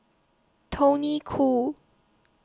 Tony Khoo